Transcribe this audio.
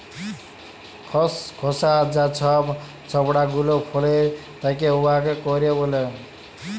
খসখসা যা ছব ছবড়া গুলা ফলের থ্যাকে উয়াকে কইর ব্যলে